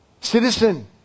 citizen